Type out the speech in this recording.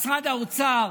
כשמשרד האוצר